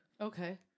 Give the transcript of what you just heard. Okay